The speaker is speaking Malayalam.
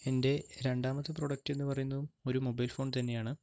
എൻ്റെ രണ്ടാമത്തെ പ്രോഡക്റ്റ് എന്നു പറയുന്നതും ഒരു മൊബൈൽ ഫോൺ തന്നെയാണ്